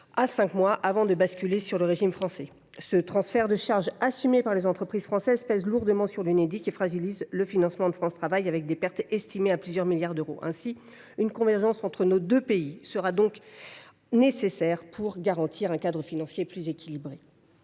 à cinq mois avant de basculer sur le régime français. Ce transfert de charges assumé par les entreprises françaises pèse lourdement sur l’Unédic et fragilise le financement de France Travail, avec des pertes estimées à plusieurs milliards d’euros. Une convergence entre nos deux pays sera nécessaire pour garantir un cadre financier plus équilibré.